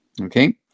Okay